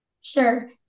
Sure